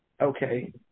Okay